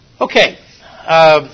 Okay